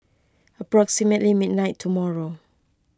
approximately midnight tomorrow